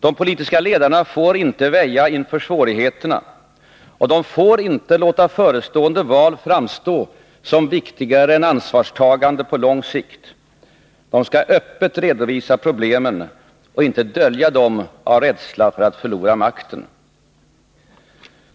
De politiska ledarna får inte väja inför svårigheterna, och de får inte låta förestående val framstå som viktigare än ansvarstagande på lång sikt. De skall öppet redovisa problemen och inte dölja dem av rädsla för att förlora makten.